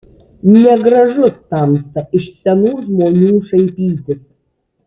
negražu tamsta iš senų žmonių šaipytis